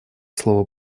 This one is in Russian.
слово